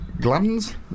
glands